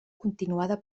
continuada